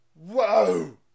Whoa